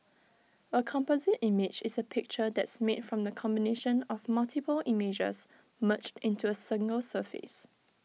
A composite image is A picture that's made from the combination of multiple images merged into A single surface